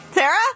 Sarah